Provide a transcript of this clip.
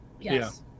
Yes